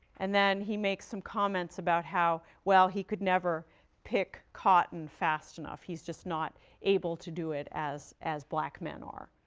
and then he makes some comments about how, well, he could never pick cotton fast enough he's just not able to do it as as black men are.